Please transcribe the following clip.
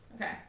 Okay